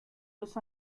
los